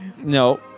No